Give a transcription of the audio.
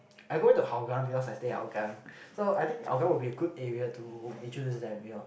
I go into Hougang because I stay at Hougang so I think Hougang will be a good area to introduce them you know